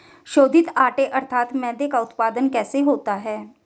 शोधित आटे अर्थात मैदे का उत्पादन कैसे होता है?